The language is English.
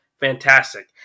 fantastic